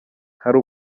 hari